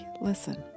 listen